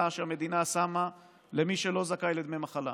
שהמדינה שמה למי שלא זכאי לדמי מחלה.